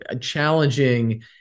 challenging